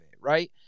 right